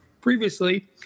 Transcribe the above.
previously